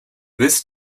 this